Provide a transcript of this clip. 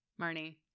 Marnie